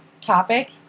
topic